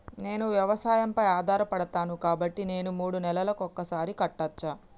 నేను వ్యవసాయం పై ఆధారపడతాను కాబట్టి నేను మూడు నెలలకు ఒక్కసారి కట్టచ్చా?